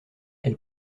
elle